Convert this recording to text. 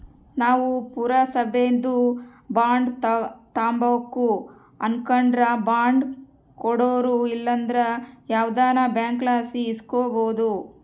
ನಾವು ಪುರಸಬೇದು ಬಾಂಡ್ ತಾಂಬಕು ಅನಕಂಡ್ರ ಬಾಂಡ್ ಕೊಡೋರು ಇಲ್ಲಂದ್ರ ಯಾವ್ದನ ಬ್ಯಾಂಕ್ಲಾಸಿ ಇಸ್ಕಬೋದು